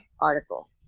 article